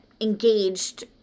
engaged